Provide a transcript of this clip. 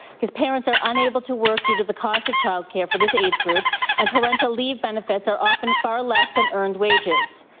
because parents are unable to work due to the costs of child care for this age government and parental leave benefits are often far less than earned wages.